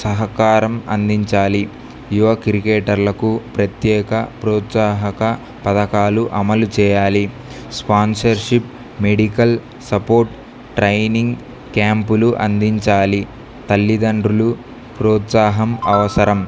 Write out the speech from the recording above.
సహకారం అందించాలి యువ క్రికేటర్లకు ప్రత్యేక ప్రోత్సాహక పథకాలు అమలు చేయాలి స్పాన్సర్షిప్ మెడికల్ సపోర్ట్ ట్రైనింగ్ క్యాంపులు అందించాలి తల్లిదండ్రులు ప్రోత్సాహం అవసరం